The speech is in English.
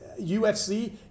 UFC